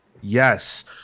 Yes